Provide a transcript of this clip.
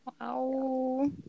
Wow